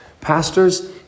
Pastors